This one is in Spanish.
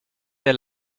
del